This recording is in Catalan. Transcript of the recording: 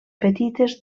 petites